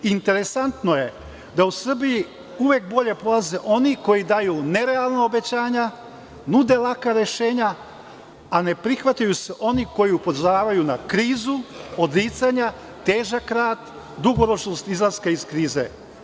Interesantno je da u Srbiji uvek bolje prolaze oni koji daju nerealna obećanja, nude laka rešenja, a ne prihvataju se oni koji upozoravaju na krizu, odricanja, težak rad, dugoročnost izlaska iz krize.